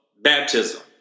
baptism